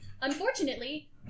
Unfortunately